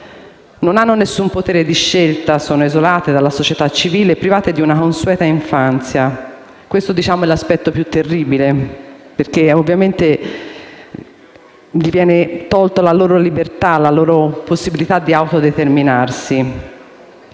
non hanno alcun potere di scelta, sono isolate dalla società civile e private dell'infanzia. Questo è l'aspetto peggiore perché ovviamente viene tolta loro la libertà e la possibilità di autodeterminarsi.